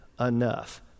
enough